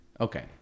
okay